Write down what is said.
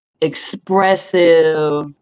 expressive